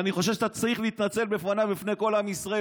ואני חושב שאתה צריך להתנצל בפניו ובפני כל עם ישראל.